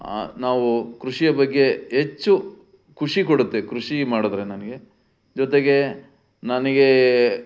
ನಾವು ಕೃಷಿಯ ಬಗ್ಗೆ ಹೆಚ್ಚು ಖುಷಿ ಕೊಡುತ್ತೆ ಕೃಷಿ ಮಾಡಿದ್ರೆ ನನಗೆ ಜೊತೆಗೆ ನನಗೆ